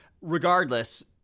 regardless